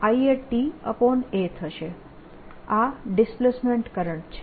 આ displacement current છે